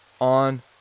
on